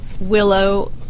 Willow